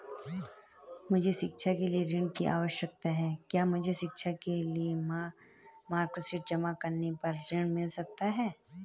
मुझे शिक्षा के लिए ऋण की आवश्यकता है क्या मुझे शिक्षा के लिए मार्कशीट जमा करने पर ऋण मिल सकता है?